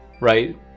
Right